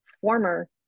former